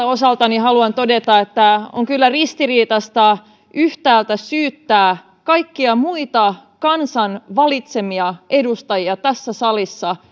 osaltani haluan myöskin todeta että on kyllä ristiriitaista yhtäältä syyttää kaikkia muita kansan valitsemia edustajia tässä salissa